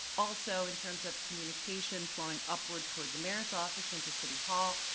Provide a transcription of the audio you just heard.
also in terms of communication flowing upward toward the mayor's office into city hall,